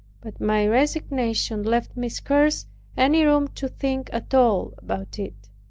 but my resignation left me scarce any room to think at all about it.